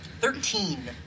Thirteen